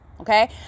Okay